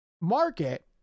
market